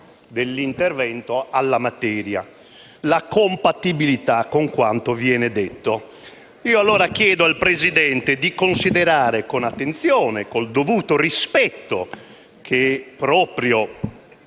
dell'intervento alla materia e la compatibilità con quanto viene detto. Chiedo quindi al Presidente di considerare con attenzione e con il dovuto rispetto, che è proprio